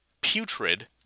putrid